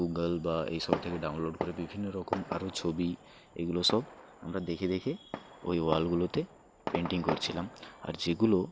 Google বা এইসব থেকে ডাউনলোড করে বিভিন্ন রকম আরও ছবি এগুলো সব আমরা দেখে দেখে ওই ওয়ালগুলোতে পেন্টিং করছিলাম আর যেগুলো